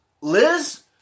Liz